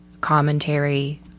commentary